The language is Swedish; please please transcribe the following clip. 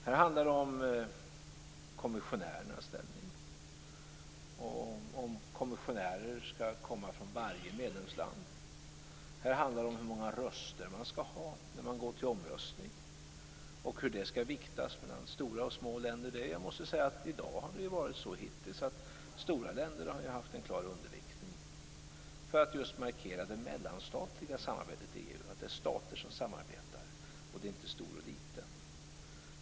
Här handlar det om kommissionärernas ställning och om kommissionärer skall komma från varje medlemsland. Vidare handlar det om hur många röster man skall ha när man går till omröstning och hur de skall viktas mellan stora och små länder. Hittills har de stora länderna haft en klar underviktning för att just markera det mellanstatliga samarbetet i EU - att det är stater som samarbetar och att det inte handlar om stor eller liten.